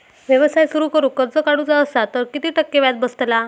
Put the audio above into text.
व्यवसाय सुरु करूक कर्ज काढूचा असा तर किती टक्के व्याज बसतला?